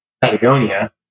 patagonia